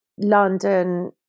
London